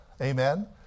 Amen